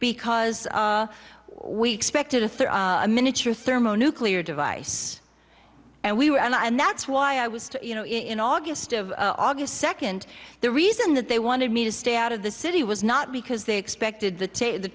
because we expected a third a miniature thermonuclear device and we were and i and that's why i was to you know in august of august second the reason that they wanted me to stay out of the city was not because they expected the t